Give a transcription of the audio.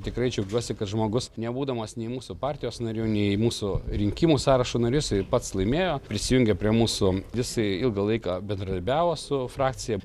tikrai džiaugiuosi kad žmogus nebūdamas nei mūsų partijos nariu nei mūsų rinkimų sąrašo narys pats laimėjo prisijungė prie mūsų jis ilgą laiką bendradarbiavo su frakcija